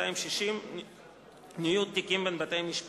סעיף 260 (ניוד תיקים בין בתי-משפט).